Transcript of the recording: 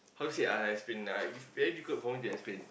how say ah I explain ah it's very difficult for me to explain